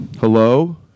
Hello